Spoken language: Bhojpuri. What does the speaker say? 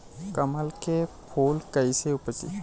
कमल के फूल कईसे उपजी?